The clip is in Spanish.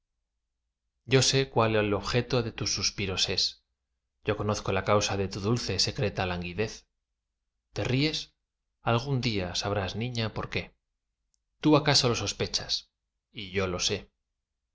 yo sé cuál el objeto de tus suspiros es yo conozco la causa de tu dulce secreta languidez te ríes algún día sabrás niña por qué tú acaso lo sospechas y yo lo sé